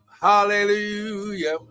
Hallelujah